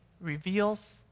reveals